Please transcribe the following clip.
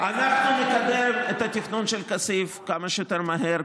אנחנו נקדם את התכנון של כסיף כמה שיותר מהר,